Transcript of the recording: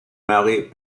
marie